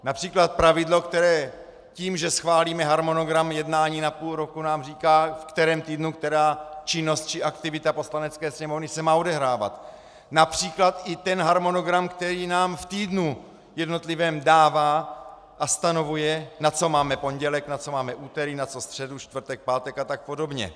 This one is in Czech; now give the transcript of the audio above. Například pravidlo, které tím, že schválíme harmonogram jednání na půl roku, nám říká, ve kterém týdnu která činnost či aktivita Poslanecké sněmovny se má odehrávat, například i ten harmonogram, který nám v jednotlivém týdnu dává a stanovuje, na co máme pondělek, na co máme úterý, na co středu, čtvrtek, pátek a tak podobně.